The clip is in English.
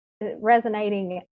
resonating